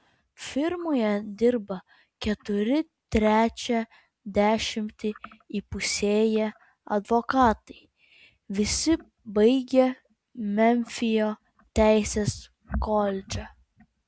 firmoje dirba keturi trečią dešimtį įpusėję advokatai visi baigę memfio teisės koledžą